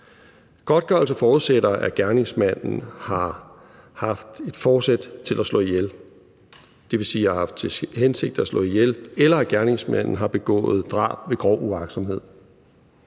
Godtgørelse forudsætter, at gerningsmanden har haft forsæt til at slå ihjel, dvs. har haft til hensigt at slå ihjel, eller at gerningsmanden har begået drab ved grov uagtsomhed.